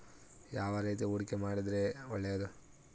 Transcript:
ಯಾವ ರೇತಿ ಹೂಡಿಕೆ ಮಾಡಿದ್ರೆ ಒಳ್ಳೆಯದು?